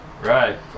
right